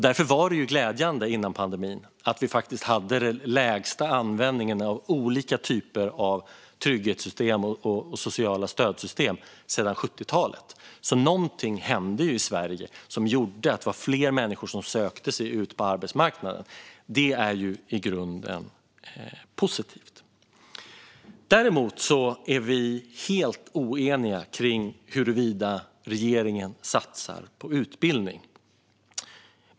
Därför var det glädjande innan pandemin att vi hade den lägsta användningen av olika typer av trygghetssystem och sociala stödsystem sedan 70talet. Någonting hände i Sverige som gjorde att det var fler människor som sökte sig ut på arbetsmarknaden. Det är i grunden positivt. Däremot är vi helt oeniga om huruvida regeringen satsar på utbildning.